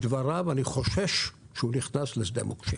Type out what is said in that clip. מדבריו, אני חושש שהוא נכנס לשדה מוקשים.